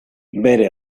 bere